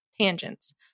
tangents